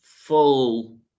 full